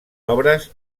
obres